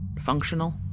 functional